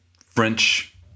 French